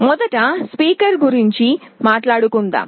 మొదట స్పీకర్ గురించి మాట్లాడుదాం